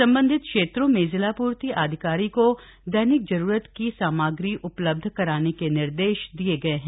संबंधित क्षेत्रों में जिलापूर्ति अधिकारी को दैनिक जरूरत की सामग्री उपलब्ध कराने के निर्देश दिए गए हैं